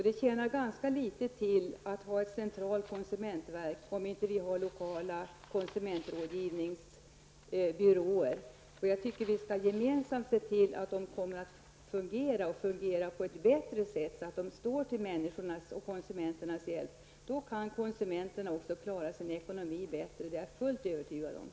Det tjänar ganska litet till att ha ett centralt konsumentverk, om det inte finns lokala konsumentrådgivningsbyråer. Jag tycker att vi gemensamt skall se till att de fungerar på ett bra sätt och står till konsumenternas förfogande och hjälp. Då är jag fullt övertygad om att konsumenterna kan klara sin ekonomi på ett bättre sätt.